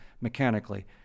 mechanically